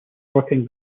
working